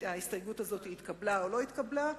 ההסתייגות הזאת התקבלה או לא התקבלה.